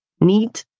need